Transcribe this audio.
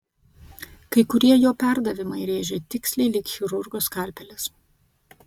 kai kurie jo perdavimai rėžė tiksliai lyg chirurgo skalpelis